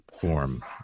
form